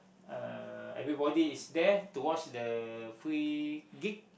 uh everybody is there to watch the free gig